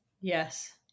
Yes